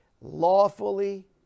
lawfully